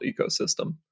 ecosystem